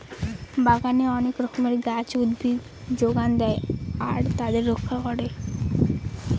বাগানে অনেক রকমের গাছ, উদ্ভিদ যোগান দেয় আর তাদের রক্ষা করে